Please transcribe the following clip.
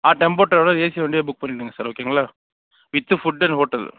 ஆ tempo traveller AC வண்டியே book பண்ணிவிடுங்க sir ஓகேங்களா வித்து ஃபுட் அண்ட் ஹோட்டல்